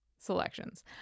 Selections